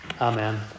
Amen